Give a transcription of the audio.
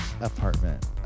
apartment